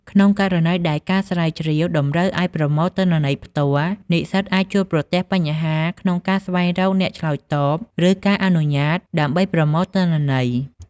ក្នុងករណីដែលការស្រាវជ្រាវតម្រូវឱ្យប្រមូលទិន្នន័យផ្ទាល់ និស្សិតអាចជួបប្រទះបញ្ហាក្នុងការស្វែងរកអ្នកឆ្លើយតប ឬការអនុញ្ញាតដើម្បីប្រមូលទិន្នន័យ។